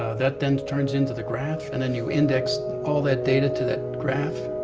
that then turns into the graph, and then you index all that data to that graph,